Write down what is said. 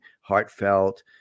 heartfelt